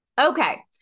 Okay